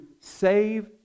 save